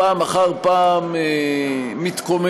פעם אחר פעם מתקומם,